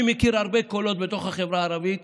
אני מכיר הרבה קולות בתוך החברה הערבית